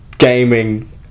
gaming